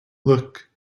look